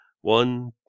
one